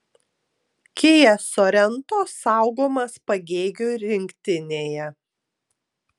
kia sorento saugomas pagėgių rinktinėje